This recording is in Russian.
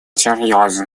серьезно